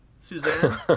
Suzanne